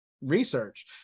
research